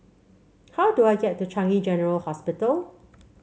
how do I get to Changi General Hospital